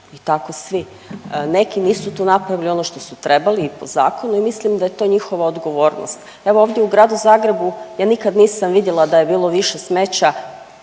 i tako svi. Neki nisu tu napravili ono što su trebali i po zakonu i mislim da je to njihova odgovornost. Evo ovdje u Gradu Zagrebu ja nikad nisam vidjela da je bilo više smeća